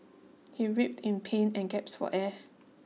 he writhed in pain and gasped for air